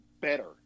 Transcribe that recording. better